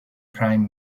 prime